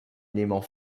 élément